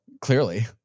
Clearly